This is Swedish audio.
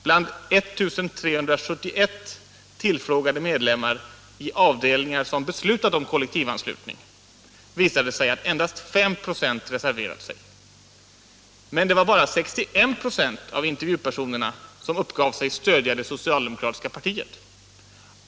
Bland 1 371 tillfrågade medlemmar i avdelningar som beslutat om kollektivanslutning visade det sig att endast 5 96 reserverat sig. Men det var bara 61 926 av intervjupersonerna som uppgav sig stödja det socialdemokratiska partiet.